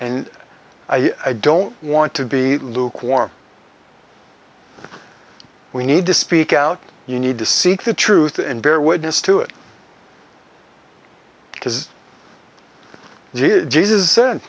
and i don't want to be lukewarm we need to speak out you need to seek the truth and bear witness to it because it is jesus said